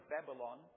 Babylon